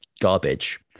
garbage